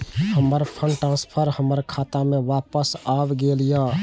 हमर fund transfer हमर खाता में वापस आब गेल या